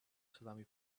salami